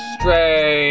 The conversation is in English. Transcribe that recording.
Stray